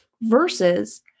versus